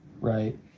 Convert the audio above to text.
right